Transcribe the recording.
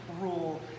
rule